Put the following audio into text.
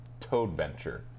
ToadVenture